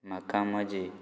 म्हाका म्हजी